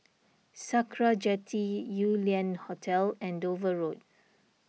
Sakra Jetty Yew Lian Hotel and Dover Road